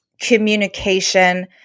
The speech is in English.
communication